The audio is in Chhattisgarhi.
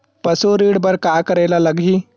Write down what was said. पशु ऋण बर का करे ला लगही?